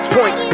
Point